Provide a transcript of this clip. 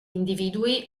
individui